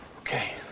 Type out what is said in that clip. Okay